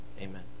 Amen